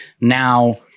Now